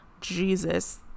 Jesus